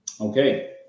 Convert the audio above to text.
Okay